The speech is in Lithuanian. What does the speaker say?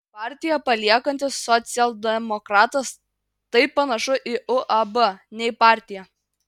partiją paliekantis socialdemokratas tai panašu į uab ne į partiją